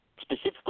specifically